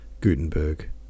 Gutenberg